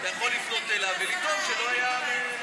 אתה יכול לפנות אליו ולטעון שלא היה,